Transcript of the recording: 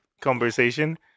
conversation